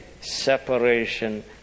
Separation